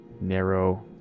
narrow